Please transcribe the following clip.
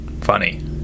funny